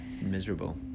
miserable